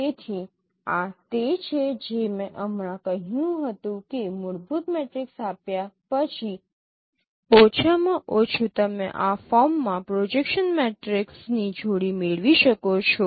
તેથી આ તે છે જે મેં હમણાં જ કહ્યું છે કે મૂળભૂત મેટ્રિક્સ આપ્યા પછી ઓછામાં ઓછું તમે આ ફોર્મમાં પ્રોજેક્શન મેટ્રિક્સની જોડી મેળવી શકો છો